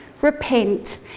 repent